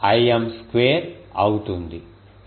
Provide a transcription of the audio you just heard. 5 Im square అవుతుంది